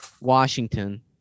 Washington